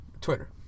Twitter